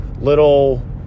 little